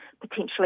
potentially